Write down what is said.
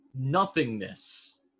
nothingness